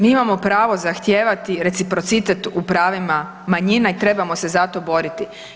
Mi imamo pravo zahtijevati reciprocitet u pravima manjina i trebamo se za to boriti.